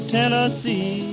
Tennessee